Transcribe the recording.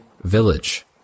village